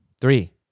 Three